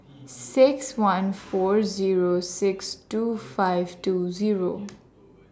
six one four Zero six two five two Zero